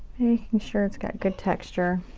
making sure it's got good texture.